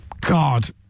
God